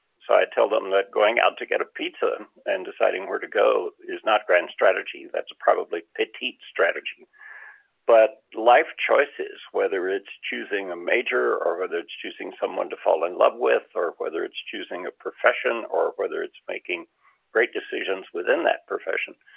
so i tell them that going out to get a pizza and deciding where to go is not grand strategy. that's probably petite strategy but life choices, whether it's choosing a major, or whether it's choosing someone to fall in love with, or whether it's choosing a profession, or whether it's making great decisions within that profession,